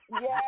Yes